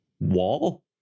wall